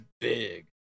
big